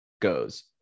goes